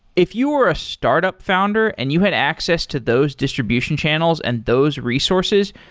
if you are a startup founder and you had access to those distribution channels and those resources,